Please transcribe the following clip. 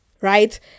right